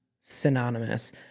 synonymous